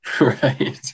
right